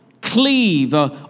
cleave